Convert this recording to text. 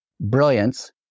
brilliance